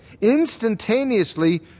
instantaneously